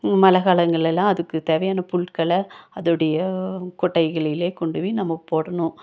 மழை காலங்களெல்லாம் அதுக்கு தேவையான புல்களை அதோடைய கொட்டகைகளிலே கொண்டு போய் நம்ம போடணும்